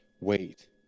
wait